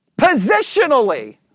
Positionally